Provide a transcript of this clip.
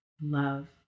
love